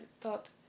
thought